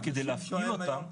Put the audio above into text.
וכדי להפעיל היום,